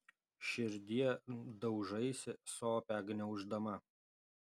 širdie daužaisi sopę gniauždama